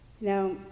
Now